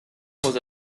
was